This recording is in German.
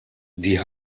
die